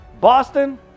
Boston